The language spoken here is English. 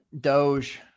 Doge